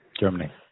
Germany